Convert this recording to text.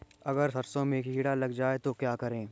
अगर सरसों में कीड़ा लग जाए तो क्या करें?